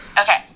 okay